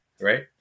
right